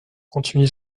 continuer